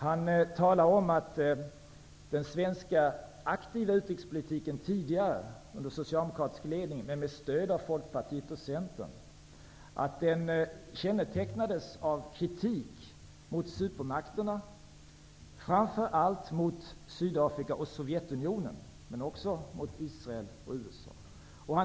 Han talar om att den svenska aktiva utrikespolitiken tidigare under socialdemokratisk ledning men med stöd av Folkpartiet och Centern kännetecknades av kritik mot supermakterna, framför allt mot Sydafrika och Sovjetunionen, men också mot Israel och USA.